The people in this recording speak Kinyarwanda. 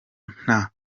nta